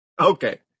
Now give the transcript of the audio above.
Okay